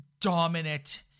dominant